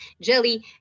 Jelly